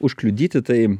užkliudyti tai